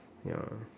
ya